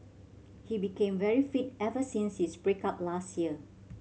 he became very fit ever since his break up last year